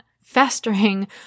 festering